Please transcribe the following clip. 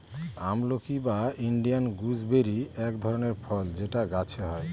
আমলকি বা Indian gooseberry এক ধরনের ফল যেটা গাছে হয়